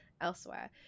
elsewhere